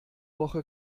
woche